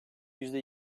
yüzde